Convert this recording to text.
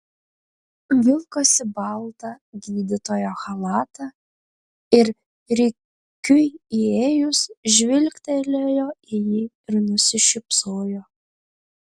vilkosi baltą gydytojo chalatą ir rikiui įėjus žvilgtelėjo į jį ir nusišypsojo